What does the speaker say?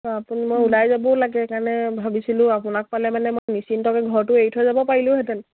অঁ আপুনি মই ওলাই যাবও লাগে কাৰণে ভাবিছিলোঁ আপোনাক পালে মানে মই নিশ্চিন্তকে ঘৰটো এৰি থৈ যাব পাৰিলোঁহেঁতেন